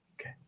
Okay